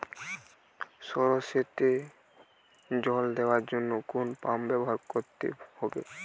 সরষেতে জল দেওয়ার জন্য কোন পাম্প ব্যবহার করতে হবে?